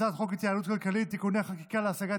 הצעת חוק התייעלות כלכלית (תיקוני חקיקה להשגת